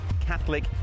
Catholic